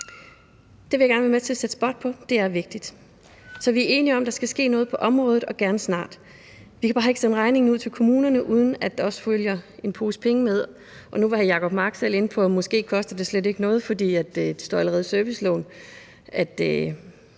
Det vil jeg gerne være med til at sætte spot på, det er vigtigt. Så vi er enige om, at der skal ske noget på området og gerne snart. Vi kan bare ikke sende regningen ud til kommunerne, uden at der også følger en pose penge med. Nu var hr. Jacob Mark selv inde på, at det måske slet ikke koster noget, fordi det allerede står